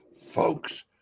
Folks